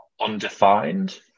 undefined